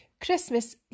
Christmas